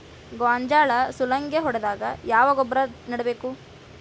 ಗೋಂಜಾಳ ಸುಲಂಗೇ ಹೊಡೆದಾಗ ಯಾವ ಗೊಬ್ಬರ ನೇಡಬೇಕು?